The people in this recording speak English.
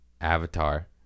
Avatar